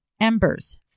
Embers